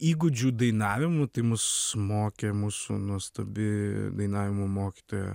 įgūdžių dainavimu tai mus mokė mūsų nuostabi dainavimo mokytoja